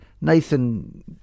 Nathan